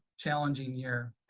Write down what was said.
challenging year.